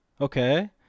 Okay